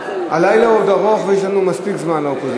הלילה עוד ארוך ויש לנו, לאופוזיציה,